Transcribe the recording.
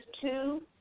two